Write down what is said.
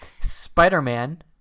Spider-Man